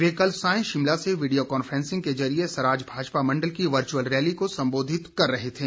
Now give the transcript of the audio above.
वे कल सायं शिमला से वीडियो कांफ्रेंसिंग के जरिये सराज भाजपा मंडल की वर्चअल रैली को सम्बोधित कर रहे थे